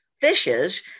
fishes